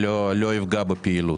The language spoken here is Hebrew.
לא יפגע בפעילות.